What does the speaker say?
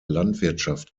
landwirtschaft